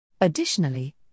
Additionally